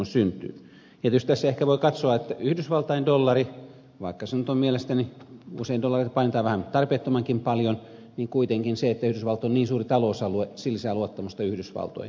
tietysti tässä ehkä voi katsoa että yhdysvaltain dollarin osalta vaikka nyt mielestäni usein dollareita painetaan vähän tarpeettomankin paljon kuitenkin se että yhdysvallat on niin suuri talousalue lisää luottamusta yhdysvaltoihin